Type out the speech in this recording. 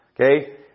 okay